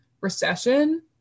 recession